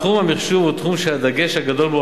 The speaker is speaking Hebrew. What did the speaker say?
תחום המחשוב הוא תחום שהדגש הגדול בו